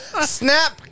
snap